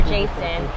Jason